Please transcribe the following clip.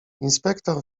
inspektor